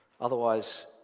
Otherwise